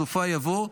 בסופה יבוא,